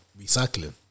recycling